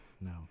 no